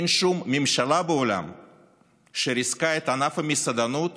אין שום ממשלה בעולם שריסקה את ענף המסעדנות